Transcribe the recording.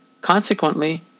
consequently